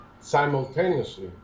simultaneously